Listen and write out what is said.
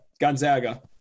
Gonzaga